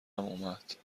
اومد